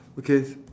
okay